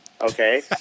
okay